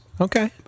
Okay